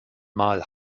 mal